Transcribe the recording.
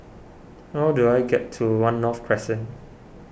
how do I get to one North Crescent